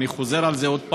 ואני חוזר על זה עוד פעם,